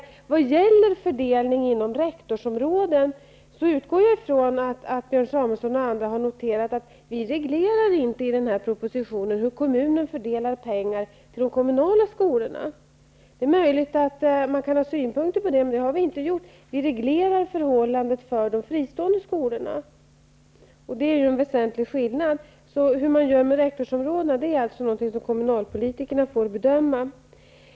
När det gäller fördelningen inom rektorsområden utgår jag ifrån att Björn Samuelson och andra har noterat att vi i denna proposition inte har reglerat hur kommunen skall fördela pengar till de kommunala skolorna. Det är möjligt att man kan ha synpunkter på det, men det har vi inte haft. Vi reglerar förhållandet för de fristående skolorna. Det är en väsentlig skillnad. Kommunalpolitikerna får bedöma hur man skall göra med rektorsområdena.